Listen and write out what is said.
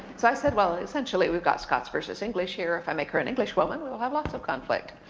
so i said, well, essentially we've got scots versus english here. if i make her an english woman, we'll have lots of conflict.